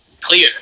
clear